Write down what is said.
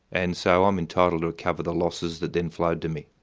and so i'm entitled to recover the losses that then flowed to me.